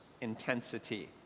intensity